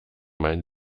mein